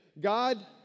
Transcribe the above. God